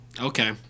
okay